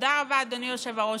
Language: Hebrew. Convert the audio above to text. תודה רבה, אדוני היושב-ראש.